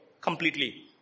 completely